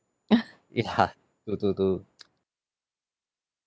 eh ya to to to